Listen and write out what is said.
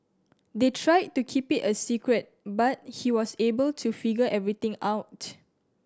they tried to keep it a secret but he was able to figure everything out